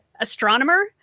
astronomer